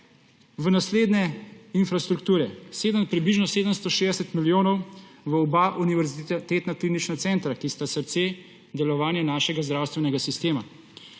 v naslednje infrastrukture: približno 760 milijonov v oba univerzitetna klinična centra, ki sta srce delovanja našega zdravstvenega sistema,